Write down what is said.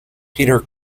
peter